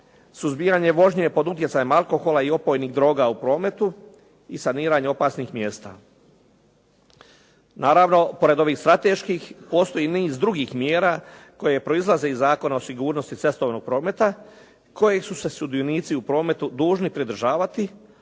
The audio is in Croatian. suzbijanje vožnje pod utjecajem alkohola i opojnih droga u prometu i saniranje opasnih mjesta. Naravno pored ovih strateških postoji i niz drugih mjera koje proizlaze iz Zakona o sigurnosti cestovnog prometa kojeg su se sudionici u prometu dužni pridržavati